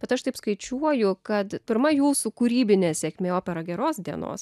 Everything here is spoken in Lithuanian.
bet aš taip skaičiuoju kad pirma jūsų kūrybinė sėkmė opera geros dienos